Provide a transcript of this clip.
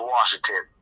Washington